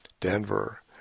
Denver